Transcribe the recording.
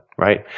right